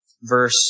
Verse